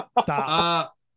stop